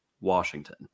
Washington